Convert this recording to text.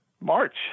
March